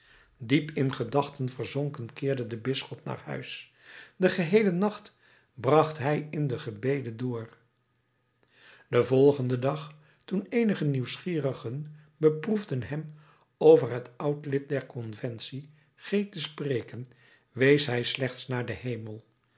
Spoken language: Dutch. diep in gedachten verzonken keerde de bisschop naar huis den geheelen nacht bracht hij in den gebede door den volgenden dag toen eenige nieuwsgierigen beproefden hem over het oud lid der conventie g te spreken wees hij slechts naar den hemel